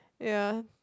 ya